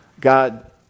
God